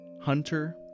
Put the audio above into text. hunter